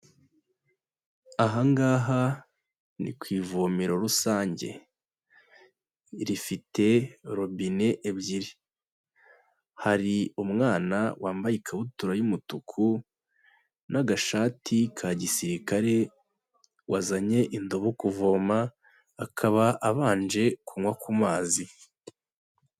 Ahangaha ni ku ivomero rusange. Rifite robine ebyiri. Hari umwana wambaye ikabutura y'umutuku n'agashati ka gisirikare, wazanye indobo kuvoma akaba abanje kunywa ku mazi.